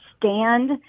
stand